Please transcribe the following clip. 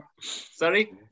sorry